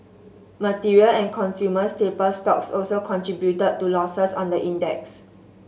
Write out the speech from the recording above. material and consumer staple stocks also contributed to losses on the index